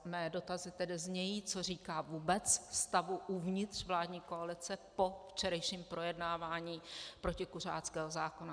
Mé dotazy tedy znějí, co říká vůbec stavu uvnitř vládní koalice po včerejším projednávání protikuřáckého zákona.